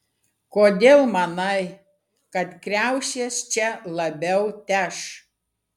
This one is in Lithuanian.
kodėl manai kad kriaušės čia labiau teš